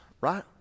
right